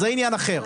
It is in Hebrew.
זה עניין אחר.